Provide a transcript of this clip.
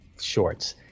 shorts